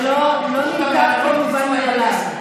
זה לא נלקח כמובן מאליו,